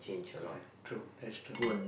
correct true it's true